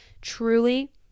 truly